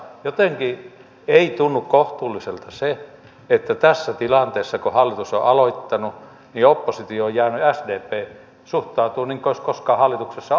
jotenkin ei tunnu kohtuulliselta se että tässä tilanteessa kun hallitus on aloittanut oppositioon jäänyt sdp suhtautuu niin kuin ei olisi koskaan hallituksessa ollutkaan